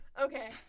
Okay